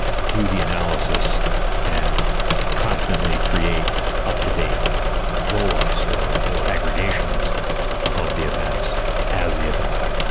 do the analysis and constantly create up-to-date roll ups or or aggregations of the events as the events happen.